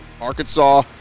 Arkansas